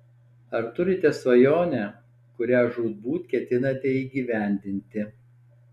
ar turite svajonę kurią žūtbūt ketinate įgyvendinti